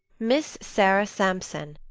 miss sara sampson,